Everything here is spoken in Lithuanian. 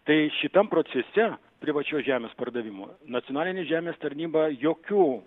tai šitam procese privačios žemės pardavimo nacionalinė žemės tarnyba jokiu